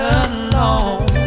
alone